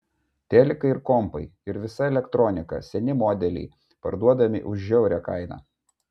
telikai ir kompai ir visa elektronika seni modeliai parduodami už žiaurią kainą